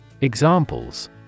Examples